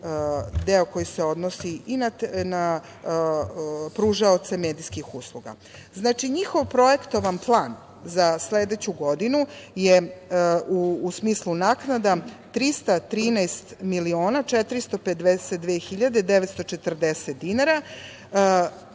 deo koji se odnosi i na pružaoce medijskih usluga. Znači, njihov projektovan plan za sledeću godinu je, u smislu naknada, 313 miliona 452 hiljade 940 dinara